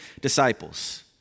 disciples